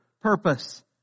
purpose